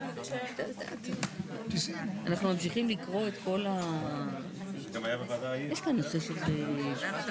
ותכף תגדירו את ההגדרה מה זה שלטון מקומי.